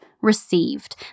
received